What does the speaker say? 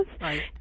Right